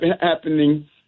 happening